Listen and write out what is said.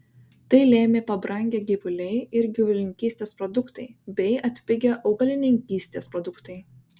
tai lėmė pabrangę gyvuliai ir gyvulininkystės produktai bei atpigę augalininkystės produktai